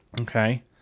Okay